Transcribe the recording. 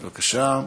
בבקשה.